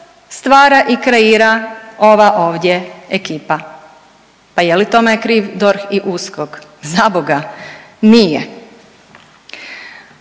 stvara i kreira ova ovdje ekipa, pa je li tome kriv DORH i USKOK? Zaboga nije.